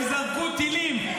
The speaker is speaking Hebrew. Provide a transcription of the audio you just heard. הם זרקו טילים,